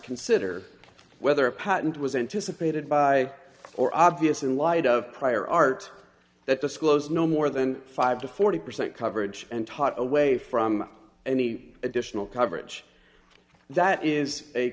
consider whether a patent was anticipated by or obvious in light of prior art that disclosed no more than five to forty percent coverage and top away from any additional coverage that is a